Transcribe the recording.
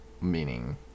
Meaning